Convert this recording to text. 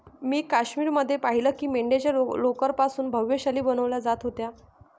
मी काश्मीर मध्ये पाहिलं की मेंढ्यांच्या लोकर पासून भव्य शाली बनवल्या जात होत्या